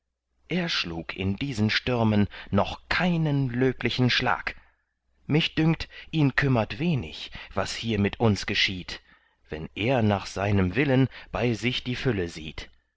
er schlug in diesen stürmen noch keinen löblichen schlag mich dünkt ihn kümmert wenig was hier mit uns geschieht wenn er nach seinem willen bei sich die fülle sieht